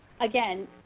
again